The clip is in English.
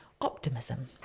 optimism